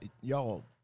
Y'all